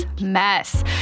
mess